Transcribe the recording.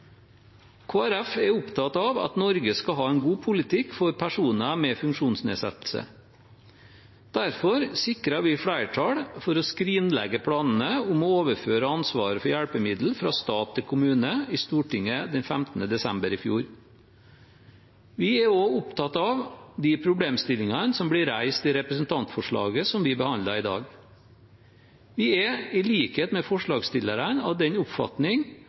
er opptatt av at Norge skal ha en god politikk for personer med funksjonsnedsettelser. Derfor sikret vi flertall for å skrinlegge planene om å overføre ansvaret for hjelpemidler fra stat til kommune i Stortinget den 15. desember i fjor. Vi er også opptatt av de problemstillingene som blir reist i representantforslaget som vi behandler i dag. Vi er, i likhet med forslagsstillerne, av den oppfatning